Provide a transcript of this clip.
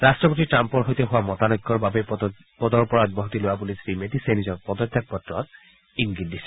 ৰট্টপতি টাম্পৰ সৈতে হোৱা মতানৈক্যৰ বাবেই পদৰ পৰা অব্যাহতি লোৱা বুলি শ্ৰী মেট্টিছে নিজৰ পদত্যাগ পত্ৰত ইংগিত দিছে